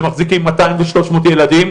שמחזיקים מאתיים ושלוש מאות ילדים,